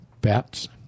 Bats